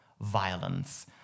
violence